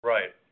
Right